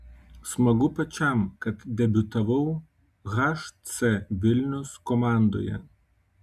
smagu pačiam kad debiutavau hc vilnius komandoje